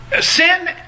Sin